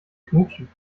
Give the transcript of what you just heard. knutschen